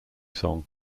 song